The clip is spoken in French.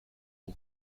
mon